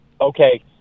Okay